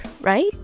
right